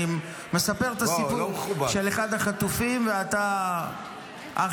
אני מספר את הסיפור של אחד החטופים, ואתה -- לא.